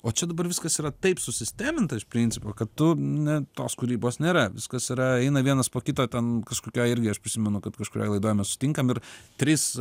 o čia dabar viskas yra taip susisteminta iš principo kad tu na tos kūrybos nėra viskas yra eina vienas po kito ten kažkokioj irgi aš prisimenu kaip kažkurioj laidoj sutinkam ir trys